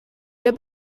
wir